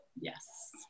Yes